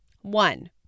One